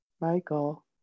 Michael